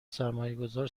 سرمایهگذار